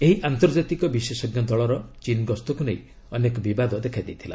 ଏହି ଆନ୍ତର୍ଜାତିକ ବିଶେଷଜ୍ଞ ଦଳର ଚୀନ୍ ଗସ୍ତକ୍ ନେଇ ଅନେକ ବିବାଦ ଦେଖାଦେଇଥିଲା